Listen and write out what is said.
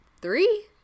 three